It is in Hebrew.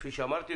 כפי שאמרתי,